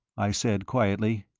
i said, quietly.